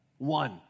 One